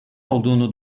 olduğunu